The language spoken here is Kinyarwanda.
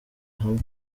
hamwe